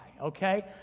okay